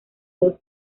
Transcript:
dos